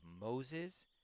Moses